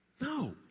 No